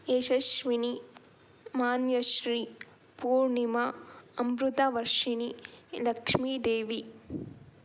Yashasvini Manyashree Poornima Amrutha Varshini Lakshmidevi